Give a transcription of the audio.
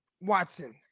Watson